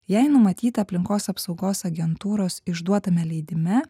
jei numatyta aplinkos apsaugos agentūros išduotame leidime